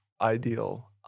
ideal